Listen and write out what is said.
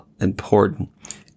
important